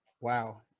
wow